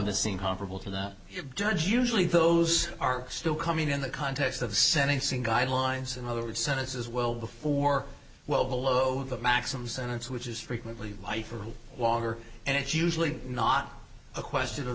same comparable to that you've judged usually those are still coming in the context of sentencing guidelines in other words sentences well before well below the maximum sentence which is frequently by for longer and it's usually not a question of